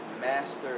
master